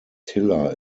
tiller